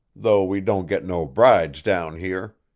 though we don't get no brides down here.